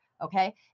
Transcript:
Okay